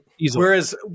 Whereas